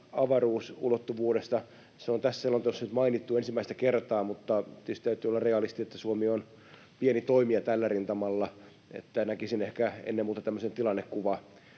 avaruusulottuvuudesta: Se on tässä selonteossa nyt mainittu ensimmäistä kertaa, mutta tietysti täytyy olla realisti. Suomi on pieni toimija tällä rintamalla, ja näkisin ehkä ennen muuta tämmöisen tilannekuvapainotuksen